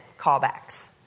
callbacks